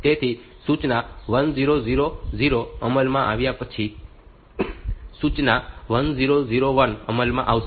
તેથી સૂચના 1000 અમલમાં આવ્યા પછી સૂચના 1001 અમલમાં આવશે